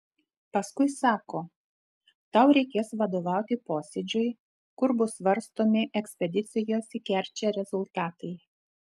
paskui sako tau reikės vadovauti posėdžiui kur bus svarstomi ekspedicijos į kerčę rezultatai